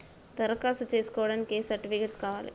దరఖాస్తు చేస్కోవడానికి ఏ సర్టిఫికేట్స్ కావాలి?